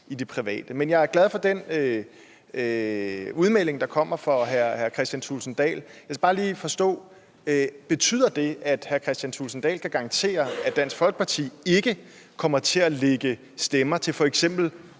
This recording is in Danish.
Men jeg er glad for den udmelding, der kommer fra hr. Kristian Thulesen Dahl. Jeg skal bare lige forstå: Betyder det, at hr. Kristian Thulesen Dahl kan garantere, at Dansk Folkeparti ikke kommer til at lægge stemmer til f.eks.